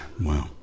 Wow